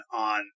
on